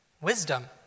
wisdom